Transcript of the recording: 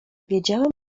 wiedziałem